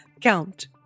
count